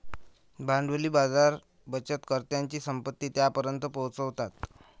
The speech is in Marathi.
भांडवली बाजार बचतकर्त्यांची संपत्ती त्यांच्यापर्यंत पोहोचवतात